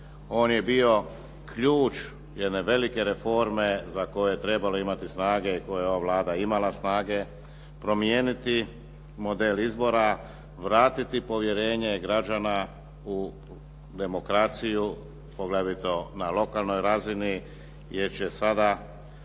on je bio ključ jedne velike reforme za koje je trebalo imati snage i koje je ova Vlada imala snage promijeniti model izbora, vratiti povjerenje građana u demokraciju, poglavito na lokalnoj razini jer će sada